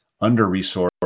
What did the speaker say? under-resourced